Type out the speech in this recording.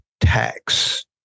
tax